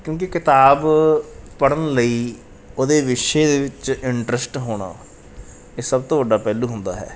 ਕਿਉਂਕਿ ਕਿਤਾਬ ਪੜ੍ਹਨ ਲਈ ਉਹਦੇ ਵਿਸ਼ੇ ਦੇ ਵਿੱਚ ਇੰਟਰਸਟ ਹੋਣਾ ਇਹ ਸਭ ਤੋਂ ਵੱਡਾ ਪਹਿਲੂ ਹੁੰਦਾ ਹੈ